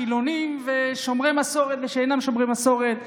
חילונים ושומרי מסורת ושאינם שומרי מסורת.